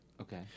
Okay